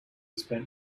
spent